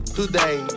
today